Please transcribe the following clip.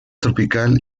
tropical